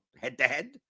head-to-head